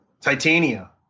Titania